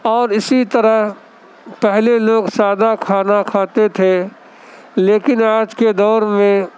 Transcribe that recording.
اور اسی طرح پہلے لوگ سادہ کھانا کھاتے تھے لیکن آج کے دور میں